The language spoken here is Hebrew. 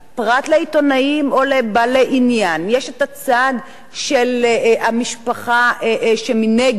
פרט לעיתונאים ובעלי עניין יש הצד של המשפחה שמנגד,